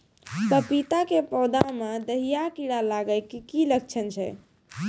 पपीता के पौधा मे दहिया कीड़ा लागे के की लक्छण छै?